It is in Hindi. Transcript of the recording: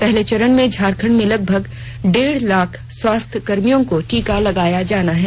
पहले चरण में झारखंड में लगभग डेढ़ लाख स्वास्थ्य कर्मियों को टीका लगाया जाना है